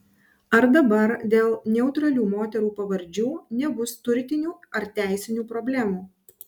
ar dabar dėl neutralių moterų pavardžių nebus turtinių ar teisinių problemų